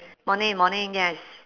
morning morning yes